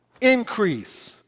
increase